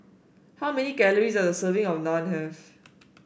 how many calories does a serving of Naan have